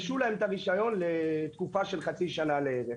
השעו להם את הרישיון לתקופה של חצי שנה בערך.